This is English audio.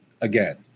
again